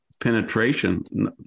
penetration